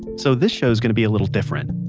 so this show is going to be a little different.